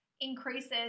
increases